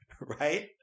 right